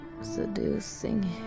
Seducing